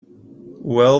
well